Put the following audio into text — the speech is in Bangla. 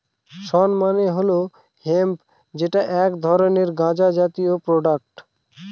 শণ মানে হল হেম্প যেটা এক ধরনের গাঁজা জাতীয় প্রোডাক্ট